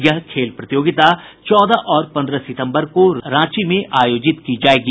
यह खेल प्रतियोगिता चौदह और पंद्रह सितम्बर को रांची में आयोजित की जायेगी